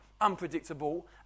unpredictable